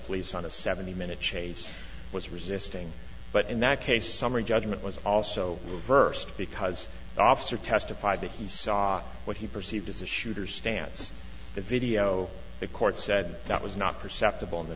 police on a seventy minute chase was resisting but in that case summary judgment was also reversed because the officer testified that he saw what he perceived as the shooter's stance the video the court said that was not perceptible in the